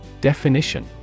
Definition